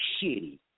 shitty